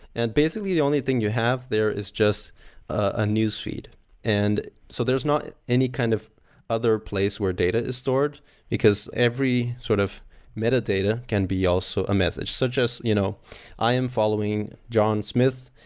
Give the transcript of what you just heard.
and basically, the only thing you have there is just one ah newsfeed and so there's not any kind of other place where data is stored because every sort of metadata can be also a message. such as you know i am following john smith.